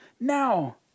now